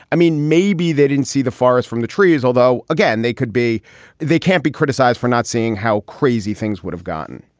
i mean, maybe they didn't see the forest from the trees, although, again, they could be they can't be criticized for not seeing how crazy things would have gotten.